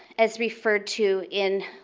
as referred to in